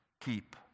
keep